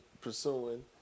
pursuing